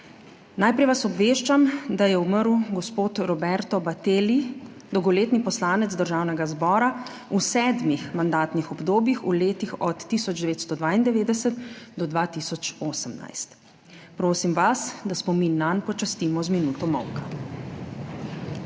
Najprej vas obveščam, da je umrl gospod Roberto Battelli, dolgoletni poslanec Državnega zbora v sedmih mandatnih obdobjih, v letih od 1992 do 2018. Prosim vas, da spomin nanj počastimo z minuto molka.